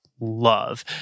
Love